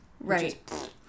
Right